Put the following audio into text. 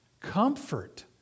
comfort